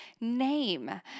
name